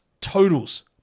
totals